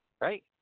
right